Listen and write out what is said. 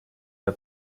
der